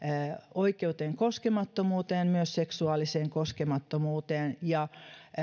oikeuteen koskemattomuuteen myös seksuaaliseen koskemattomuuteen ja että